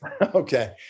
Okay